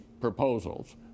proposals